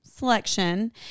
selection